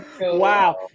Wow